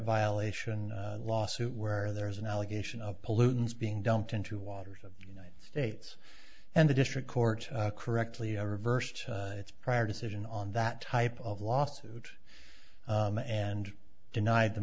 violation lawsuit where there is an allegation of pollutants being dumped into waters of united states and the district court correctly reversed its prior decision on that type of lawsuit and denied the